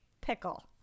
pickle